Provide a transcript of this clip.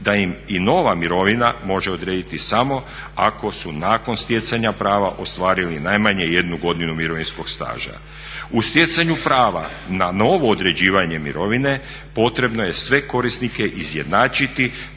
da im i nova mirovina može odrediti samo ako su nakon stjecanja prava ostvarili najmanje jednu godinu mirovinskog staža. U stjecanju prava na novo određivanje mirovine potrebno je sve korisnike izjednačiti